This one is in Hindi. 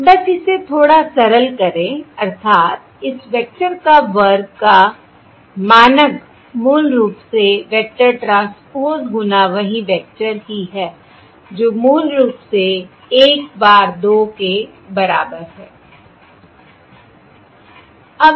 बस इसे थोड़ा सरल करें अर्थात् इस वेक्टर का वर्ग का मानक मूल रूप से वेक्टर ट्रांसपोज़ गुना वहीं वेक्टर ही है जो मूल रूप से 1 bar 2 के बराबर है